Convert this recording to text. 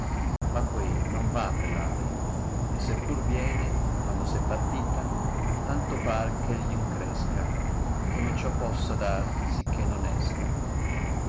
ma qaei non v apre v ale se par tiene quando s è partita tanto par che gv incresca come ciò possa dar sicché non esca